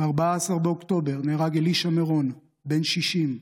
ב-14 באוקטובר נהרג אלישע מרון, בן 60,